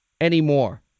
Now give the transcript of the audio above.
anymore